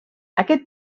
aquest